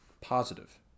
positive